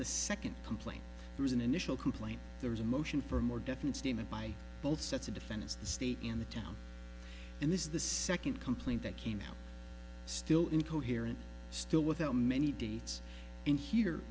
the second complaint there is an initial complaint there was a motion for more definite statement by both sets of defendants the state in the town and this is the second complaint that came out still incoherent still without many dates and here